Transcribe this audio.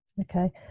Okay